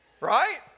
Right